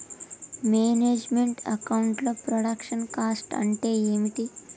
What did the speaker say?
Manage meant account లో production cost అంటే ఏమిటి?